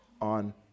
on